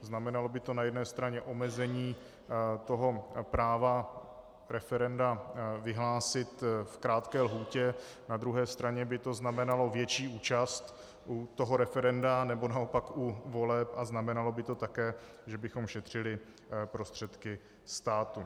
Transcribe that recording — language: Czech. Znamenalo by to na jedné straně omezení práva referenda vyhlásit v krátké lhůtě, na druhé straně by to znamenalo větší účast u referenda, nebo naopak u voleb, a znamenalo by to také, že bychom šetřili prostředky státu.